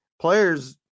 players